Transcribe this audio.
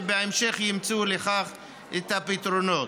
ובהמשך ימצאו לכך את הפתרונות.